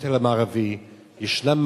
ובכותל המערבי ישנם מדריכים,